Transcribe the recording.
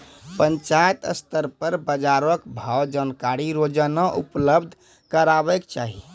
पंचायत स्तर पर बाजार भावक जानकारी रोजाना उपलब्ध करैवाक चाही?